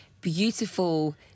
beautiful